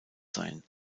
sein